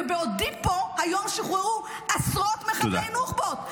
ובעודי פה, היום שוחררו עשרות מחבלי נוח'בות.